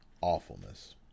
awfulness